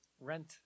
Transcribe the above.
rent